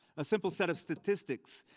a simple set of statistics.